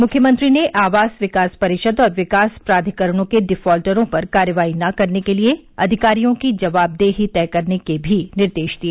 मुख्यमंत्री ने आवास विकास परिषद् और विकास प्राधिकरणों के डिफॉल्टरों पर कार्रवाई न करने के लिए अधिकारियों की जवाबदेही तय करने के भी निर्देश दिए